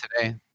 today